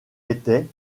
était